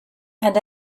and